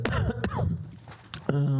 כמו כן,